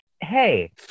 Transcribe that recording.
Hey